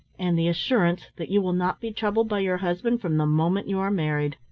and the assurance that you will not be troubled by your husband from the moment you are married.